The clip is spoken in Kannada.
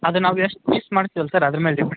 ಅದು ನಾವು ಎಷ್ಟು ಪೀಸ್ ಮಾಡಿಸ್ತೀವಲ್ಲ ಸರ್ ಅದ್ರ ಮೇಲೆ ಡಿಪೆಂಡ್